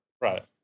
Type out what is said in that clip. right